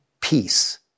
peace